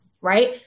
right